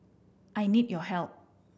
I need your help